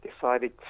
decided